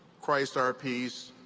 christ, our peace,